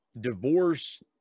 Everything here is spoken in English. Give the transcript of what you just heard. Divorce